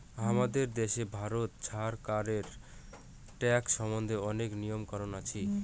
হামাদের দ্যাশে ভারত ছরকারের ট্যাক্স সম্বন্ধে অনেক নিয়ম কানুন আছি